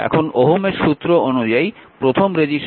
এখন ওহমের সূত্র অনুযায়ী প্রথম রেজিস্টরে v 1 4 i